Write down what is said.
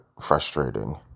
frustrating